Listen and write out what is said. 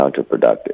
counterproductive